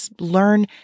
learn